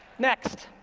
next.